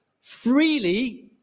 freely